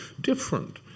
different